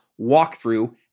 walkthrough